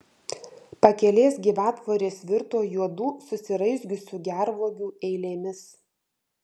pakelės gyvatvorės virto juodų susiraizgiusių gervuogių eilėmis